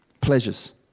Pleasures